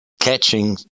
catching